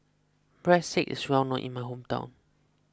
Breadsticks is well known in my hometown